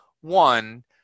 One